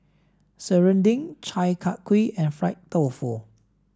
Serunding Chi Kak Kuih and Fried Tofu